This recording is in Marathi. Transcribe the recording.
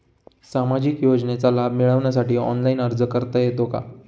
सामाजिक योजनांचा लाभ मिळवण्यासाठी ऑनलाइन अर्ज करता येतो का?